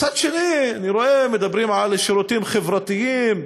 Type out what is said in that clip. מצד שני, אני רואה, מדברים על שירותים חברתיים,